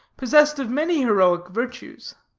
possessed of many heroic virtues.